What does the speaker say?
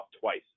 twice